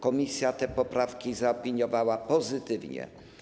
Komisja te poprawki zaopiniowała pozytywnie.